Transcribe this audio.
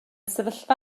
sefyllfa